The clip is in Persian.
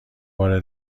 بار